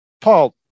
Paul